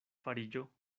fariĝo